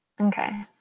Okay